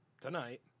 Tonight